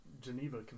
Geneva